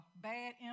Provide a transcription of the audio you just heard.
bad